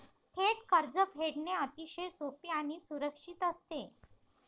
थेट कर्ज फेडणे अतिशय सोपे आणि सुरक्षित असते